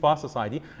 society